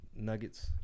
Nuggets